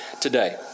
today